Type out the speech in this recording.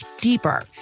deeper